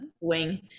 wing